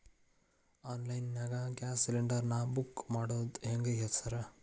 Online ನಾಗ gas cylinder ನಾ book ಮಾಡೋದ್ ಹೆಂಗ್ರಿ ಸಾರ್?